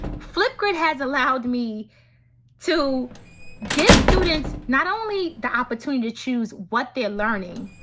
flipgrid has allowed me to give students not only the opportunity to choose what they are learning,